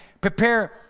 Prepare